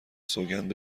سوگند